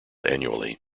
annually